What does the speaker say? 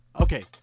Okay